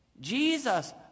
Jesus